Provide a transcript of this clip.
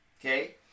okay